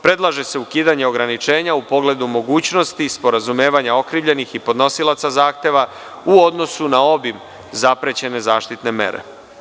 Predlaže se ukidanje ograničenja u pogledu mogućnosti sporazumevanja okrivljenih i podnosilaca zahteva u odnosu na obim zaprećene zaštitne mere.